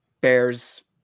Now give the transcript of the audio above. Bears